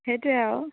সেইটোৱে আৰু